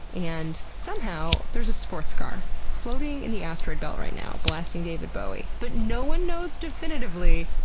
and somehow there is a sportscar floating in the asteroid belt right now, blasting david bowie, but no one knows definitively,